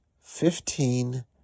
fifteen